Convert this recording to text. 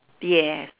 yes